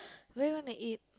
where you wanna eat